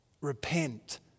Repent